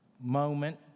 moment